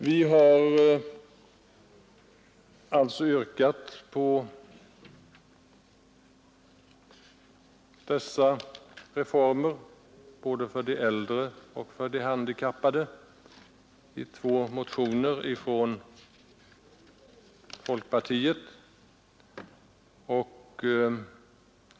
Vi har yrkat på dessa reformer både för de äldre och för de handikappade i två motioner från folkpartiet.